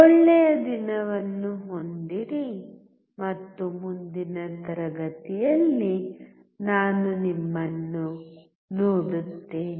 ಒಳ್ಳೆಯ ದಿನವನ್ನು ಹೊಂದಿರಿ ಮತ್ತು ಮುಂದಿನ ತರಗತಿಯಲ್ಲಿ ನಾನು ನಿಮ್ಮನ್ನು ನೋಡುತ್ತೇನೆ